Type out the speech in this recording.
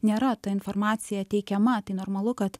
nėra ta informacija teikiama tai normalu kad